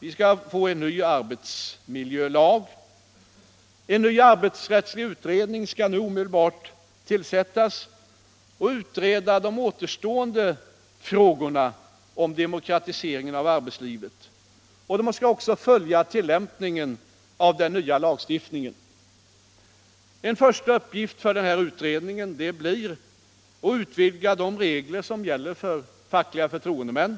Vi skall få en ny arbetsmiljölag, och en ny arbetsrättslig utredning skall omedelbart tillsättas för att undersöka de återstående frågorna om demokratiseringen av arbetslivet. Den utredningen skall också följa tilllämpningen av den nya lagstiftningen, och en första uppgift blir att utvidga de regler som gäller för fackliga förtroendemän.